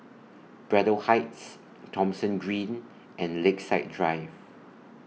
Braddell Heights Thomson Green and Lakeside Drive